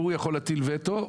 והוא יכול להטיל וטו,